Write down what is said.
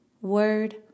word